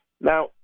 Now